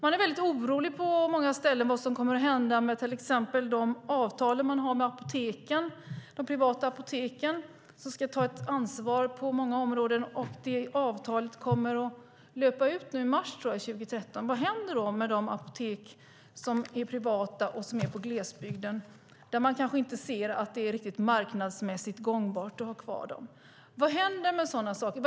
Man är väldigt orolig på många ställen för vad som kommer att hända med till exempel det avtal man har med de privata apotek som ska ta ett ansvar på många områden. Detta avtal kommer att löpa ut nu i mars 2013, tror jag. Vad händer då med de apotek som är privata och finns i glesbygden, där man kanske inte ser att det är riktigt marknadsmässigt gångbart att ha kvar dem? Vad händer med sådana här saker?